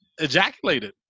ejaculated